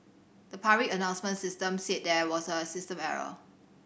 the public announcement system said there was a system error